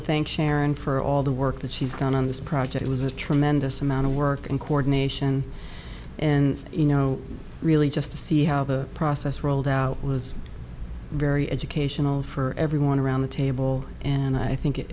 to thank sharon for all the work that she's done on this project was a tremendous amount of work and coordination and you know really just to see how the process rolled out was very educational for everyone around the table and i think it